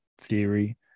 theory